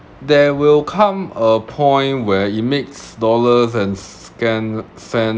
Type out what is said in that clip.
there will come a point where it makes dollars and cent cent